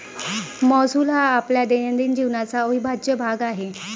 महसूल हा आपल्या दैनंदिन जीवनाचा अविभाज्य भाग आहे